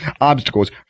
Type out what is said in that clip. obstacles